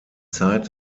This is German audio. zeit